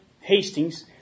Hastings